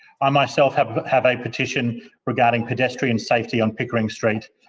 i myself have have a petition regarding pedestrian safety on pickering street,